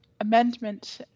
amendment